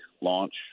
launch